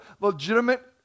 legitimate